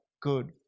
good